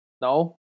No